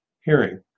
hearing